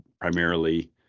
primarily